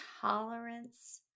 tolerance